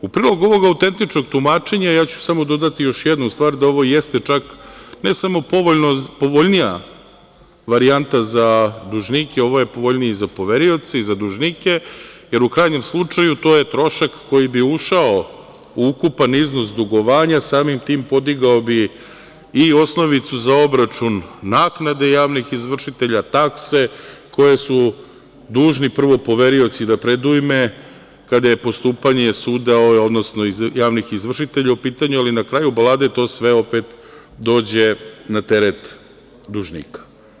U prilog ovog autentičnog tumačenja, dodaću samo još jednu stvar, ovo jeste čak, ne samo povoljnija varijanta za dužnike, ovo je povoljnije za poverioce i za dužnike, jer u krajnjem slučaju to je trošak koji bi ušao u ukupan iznos dugovanja, samim tim podigao bi i osnovicu za obračun naknade javnih izvršitelja, takse koje su dužni prvo poverioci da predujme kada je postupanje suda, odnosno javnih izvršitelja u pitanju, ali na kraju balade to sve opet dođe na teret dužnika.